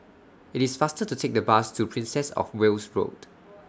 IT IS faster to Take The Bus to Princess of Wales Road